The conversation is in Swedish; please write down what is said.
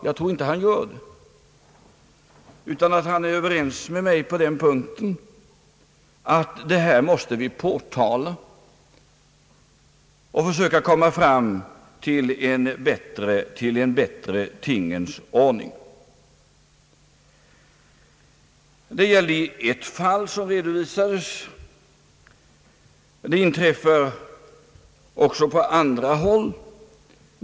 Jag tror inte att han gör det utan är överens med mig om att detta måste vi påtala och försöka komma fram till en bättre tingens ordning. om uppsägningarna sent.